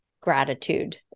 gratitude